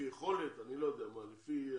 לפי יכולת, לא יודע מה, לפי